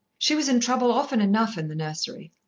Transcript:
she was in trouble often enough in the nursery.